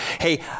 hey